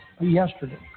Yesterday